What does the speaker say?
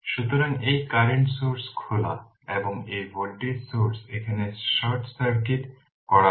সুতরাং এই current source খোলা এবং এই ভোল্টেজ সোর্স এখানে শর্ট সার্কিট করা হয়